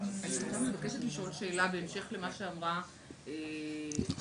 מבקשת לשאול שאלה בהמשך למה שאמרה הדר.